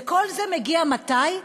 וכל זה מגיע מתי?